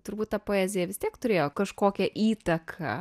turbūt ta poezija vis tiek turėjo kažkokią įtaką